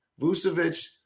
Vucevic